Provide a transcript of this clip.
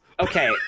Okay